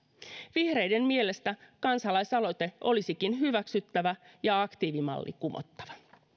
vihreiden mielestä kansa laisaloite olisikin hyväksyttävä ja aktiivimalli kumottava